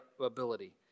ability